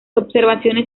observaciones